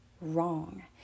wrong